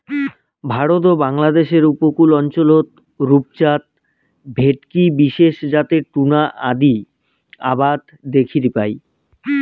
ভারত ও বাংলাদ্যাশের উপকূল অঞ্চলত রূপচাঁদ, ভেটকি বিশেষ জাতের টুনা আদি আবাদ দ্যাখির পাই